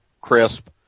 crisp